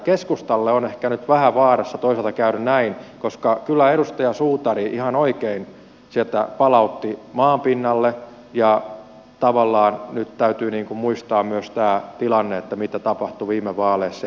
keskustalle on ehkä nyt vähän vaarassa toisaalta käydä näin koska kyllä edustaja suutari ihan oikein sieltä palautti maanpinnalle ja tavallaan nyt täytyy muistaa myös tämä tilanne mitä tapahtui viime vaaleissa